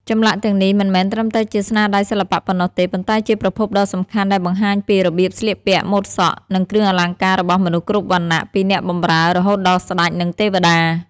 ចម្លាក់ទាំងនេះមិនមែនត្រឹមតែជាស្នាដៃសិល្បៈប៉ុណ្ណោះទេ ប៉ុន្តែជាប្រភពដ៏សំខាន់ដែលបង្ហាញពី របៀបស្លៀកពាក់ ម៉ូដសក់ និងគ្រឿងអលង្ការ របស់មនុស្សគ្រប់វណ្ណៈ ពីអ្នកបម្រើរហូតដល់ស្តេច និងទេវតា។